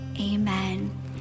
amen